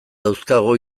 dauzkagu